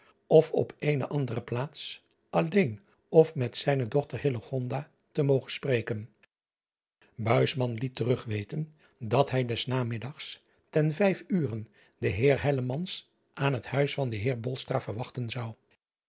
of op eene andere plaats alleen of met zijne dochter te mogen spreken liet terugweten dat hij des namiddags ten vijf uren den eer aan het huis van den eer verwachten zou